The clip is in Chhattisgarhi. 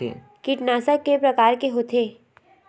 कीटनाशक के प्रकार के होथे?